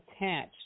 attached